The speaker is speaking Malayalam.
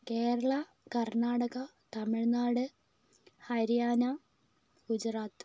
കേരള കർണാടക തമിഴ്നാട് ഹരിയാന ഗുജറാത്ത്